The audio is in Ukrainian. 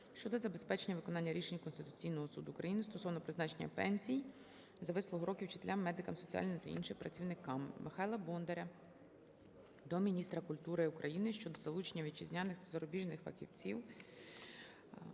щодо забезпечення виконання рішення Конституційного суду України стосовно призначення пенсії за вислугу років вчителям, медикам, соціальним та іншим працівникам. Михайла Бондаря до міністра культури України щодо залучення вітчизняних та зарубіжних фахівців